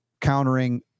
countering